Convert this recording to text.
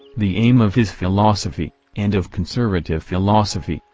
the aim of his philosophy, and of conservative philosophy,